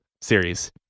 series